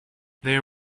their